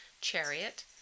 Chariot